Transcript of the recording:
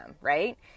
right